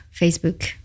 Facebook